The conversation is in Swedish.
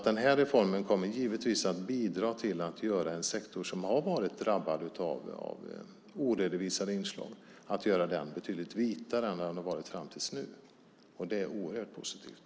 Den här reformen kommer givetvis att bidra till att göra en sektor som har varit drabbad av oredovisade inslag betydligt vitare än vad den har varit fram till nu. Det är oerhört positivt.